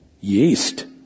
Yeast